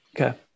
Okay